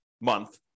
month